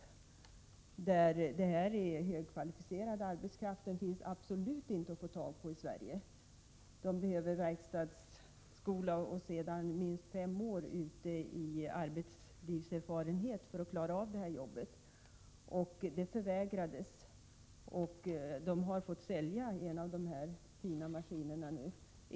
Det här är högkvalificerad arbetskraft och finns absolut inte att få tag på i Sverige. Man behöver nämligen verkstadsskola och därefter minst fem år ute i arbetslivet för att få den erfarenhet som krävs för att klara av jobbet. Detta förvägrades, och företaget har nu fått sälja en av de fina maskinerna.